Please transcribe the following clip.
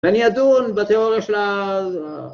‫ואני אדון בתיאוריה של ה...